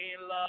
love